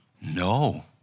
No